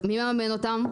מי מממן אותם?